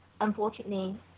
unfortunately